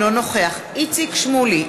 אינו נוכח איציק שמולי,